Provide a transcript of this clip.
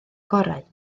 gorau